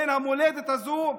בן המולדת הזו?